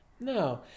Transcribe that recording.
no